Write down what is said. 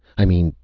i mean,